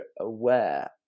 aware